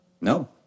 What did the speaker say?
No